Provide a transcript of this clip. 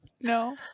No